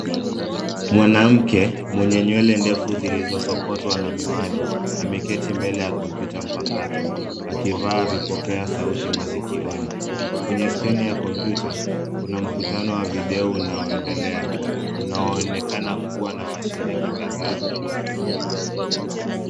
Mwanamke mwenye nywele ndefu zilizosokotwa na miwani ameketi mbele ya kompyuta mpakato akivaa vipokea sauti masikioni. Kwenye skrini ya kompyuta kuna mkutano wa video unaoendelea, unaonekana kuwa na washiriki kadhaa.